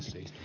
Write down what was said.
kysyn